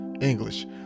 english